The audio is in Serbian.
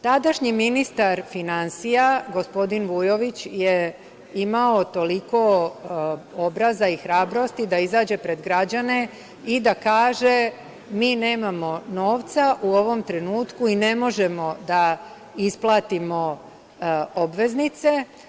Tadašnji ministar finansija, gospodin Vujović, je imao toliko obraza i hrabrosti da izađe pred građane i da kaže – mi nemamo novca u ovom trenutku i ne možemo da isplatimo obveznice.